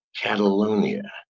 Catalonia